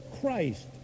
Christ